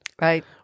Right